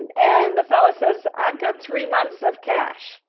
and the fella says, i've got three months of cash.